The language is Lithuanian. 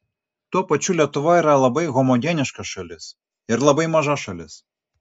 tuo pačiu lietuva yra labai homogeniška šalis ir labai maža šalis